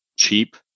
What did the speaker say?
cheap